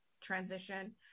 transition